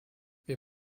wir